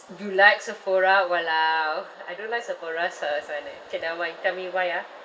you like Sephora !walao! I don't like Sephora's uh sign eh okay never mind tell me why ah